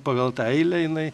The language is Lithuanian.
pagal tą eilę jinai